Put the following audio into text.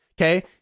Okay